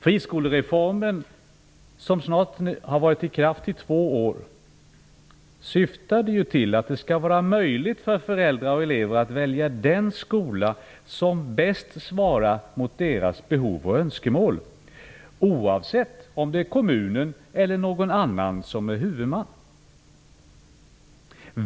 Friskolereformen, som snart har varit i kraft i två år, syftade till att det skall vara möjligt för föräldrar och elever att välja den skola som bäst svarar mot deras behov och önskemål, oavsett om det är kommunen eller någon annan som är huvudman.